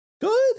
good